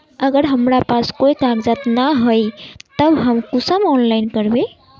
अगर हमरा पास कोई कागजात नय है तब हम कुंसम ऑनलाइन करबे?